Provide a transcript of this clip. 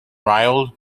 rhyl